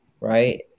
right